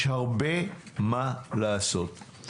יש הרבה מה לעשות.